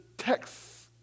text